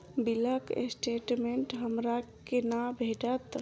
बिलक स्टेटमेंट हमरा केना भेटत?